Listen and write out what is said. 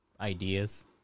ideas